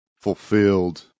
fulfilled